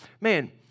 man